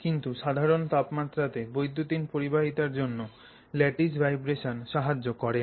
কিন্তু সাধারণ তাপমাত্রাতে বৈদ্যুতিন পরিবাহিতার জন্য ল্যাটিস ভাইব্রেশন সাহায্য করে না